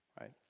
right